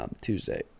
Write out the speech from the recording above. Tuesday